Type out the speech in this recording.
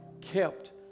kept